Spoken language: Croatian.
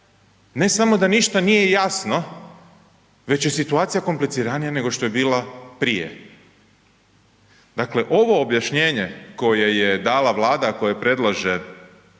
ne samo da ništa nije jasno, već je situacija kompliciranija nego što je bila prije. Dakle ovo objašnjenje koje je dala Vlada a koje predlaže